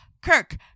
Kirk